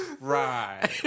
Right